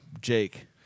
Jake